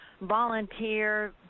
volunteer